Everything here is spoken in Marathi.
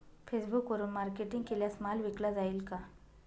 फेसबुकवरुन मार्केटिंग केल्यास माल विकला जाईल का?